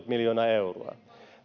miljoonaa euroa